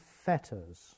fetters